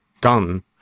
gun